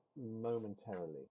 momentarily